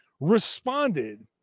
responded